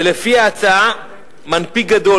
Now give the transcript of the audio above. ולפי ההצעה מנפיק גדול,